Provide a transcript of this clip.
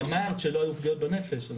אמרת שלא היו פגיעות בנפש.